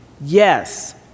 Yes